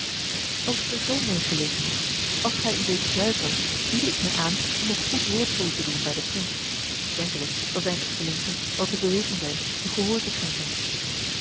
als het er zoo meê gelegen is als gij u weet te zuiveren biede ik mij aan om een goed woord voor u te doen bij den prins denkelijk zal zijne excellentie wel te bewegen zijn u gehoor te schenken